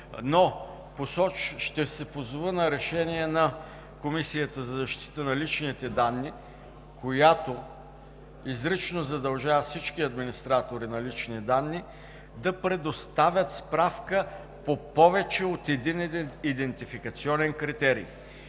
но ще се позова на решение на Комисията за защита на личните данни, която изрично задължава всички администрации на лични данни, да предоставят справка по повече от един идентификационен критерий.